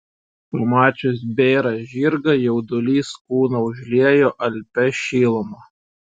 pamačius bėrą žirgą jaudulys kūną užliejo alpia šiluma